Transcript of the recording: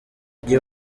gihe